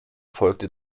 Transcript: folgte